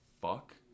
fuck